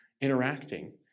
interacting